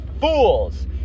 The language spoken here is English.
fools